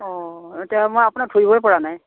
অঁ এতিয়া মই আপোনাক ধৰিবই পৰা নাই